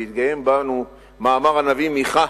ויתקיים בנו מאמר הנביא מיכה: